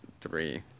three